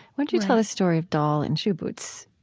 but you tell the story of doll and shoe boots